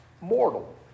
mortal